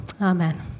Amen